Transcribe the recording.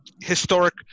historic